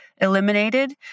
eliminated